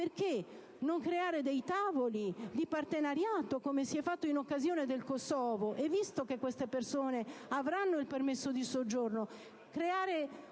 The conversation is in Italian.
perché non creare dei tavoli di partenariato, come si è fatto in occasione del Kosovo, e, visto che queste persone avranno il permesso di soggiorno, porre